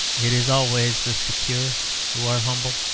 it is always the secure who are humble.